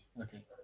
Okay